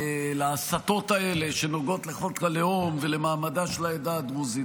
להסתות האלה שנוגעות לחוק הלאום ולמעמדה של העדה הדרוזית,